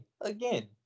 Again